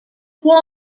who